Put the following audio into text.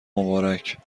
مبارک